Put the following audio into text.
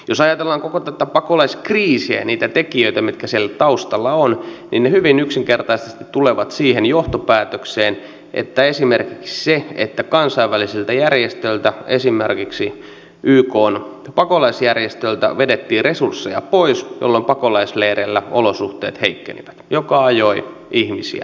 jos ajatellaan koko tätä pakolaiskriisiä niitä tekijöitä mitkä siellä taustalla ovat niin hyvin yksinkertaisesti tullaan siihen johtopäätökseen että esimerkiksi se että kansainvälisiltä järjestöiltä esimerkiksi ykn pakolaisjärjestöltä vedettiin resursseja pois jolloin pakolaisleireillä olosuhteet heikkenivät ajoi ihmisiä liikkeelle